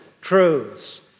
truths